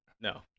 No